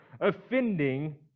offending